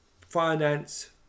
finance